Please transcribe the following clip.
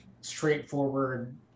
straightforward